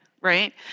right